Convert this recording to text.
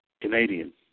Canadian